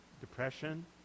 depression